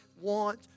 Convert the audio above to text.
want